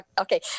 Okay